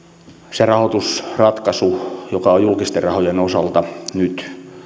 se rahoitusratkaisu joka on julkisten rahojen osalta nyt